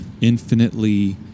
infinitely